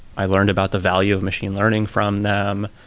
i learned about the value of machine learning from them.